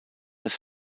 das